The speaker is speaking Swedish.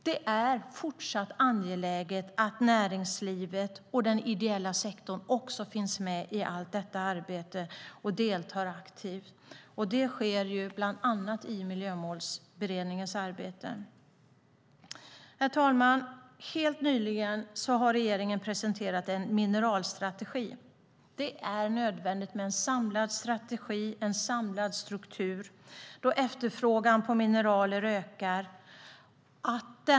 Det är fortsatt angeläget att näringslivet och den ideella sektorn också finns med i allt detta arbete och deltar aktivt. Det sker bland annat i Miljömålsberedningens arbete. Herr talman! Helt nyligen har regeringen presenterat en mineralstrategi. Det är nödvändigt med en samlad strategi och en samlad struktur då efterfrågan på mineraler ökar.